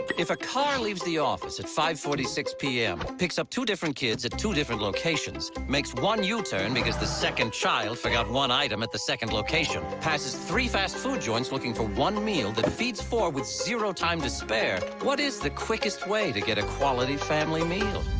if a car leaves the office. at five forty six pm. picks up two different kids at two different locations. makes one u-turn and because the second child forgot one item at the second location. passes three fast food joints looking for one meal. that feeds four with zero time to spare. what is the quickest way to get a quality family meal?